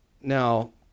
Now